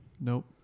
Nope